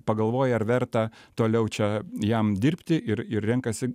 pagalvoja ar verta toliau čia jam dirbti ir ir renkasi